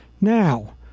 Now